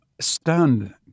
stunned